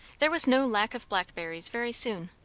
there was no lack of blackberries very soon.